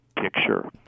picture